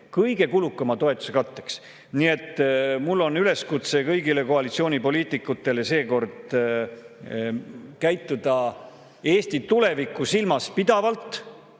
Kõige kulukama [lubaduse] katteks. Nii et mul on üleskutse kõigile koalitsioonipoliitikutele seekord käituda Eesti tulevikku silmas pidavalt